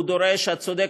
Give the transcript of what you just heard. את צודקת,